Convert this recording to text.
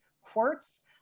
Quartz